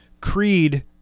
Creed